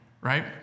right